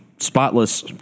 Spotless